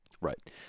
Right